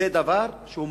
זה דבר מהותי,